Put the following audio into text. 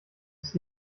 ist